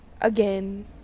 again